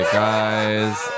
guys